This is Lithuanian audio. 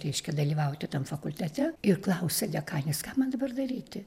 reiškia dalyvauti tam fakultete ir klausia dekanės ką man dabar daryti